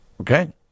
Okay